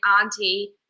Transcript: auntie